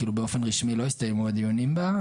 באופן רשמי לא הסתיימו הדיונים בה,